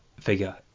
figure